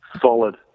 Solid